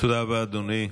תודה רבה, אדוני.